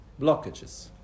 blockages